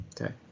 okay